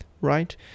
right